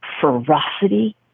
ferocity